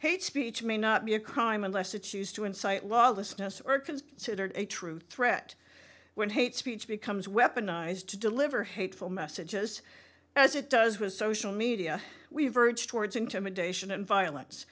hate speech may not be a crime unless the choose to incite lawlessness are considered a true threat when hate speech becomes weaponized to deliver hateful messages as it does was social media we verge towards intimidation and violence